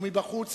ומבחוץ,